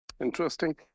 Interesting